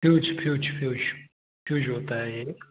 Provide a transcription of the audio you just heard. fuse fuse fuse fuse होता है एक